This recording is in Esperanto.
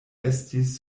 estis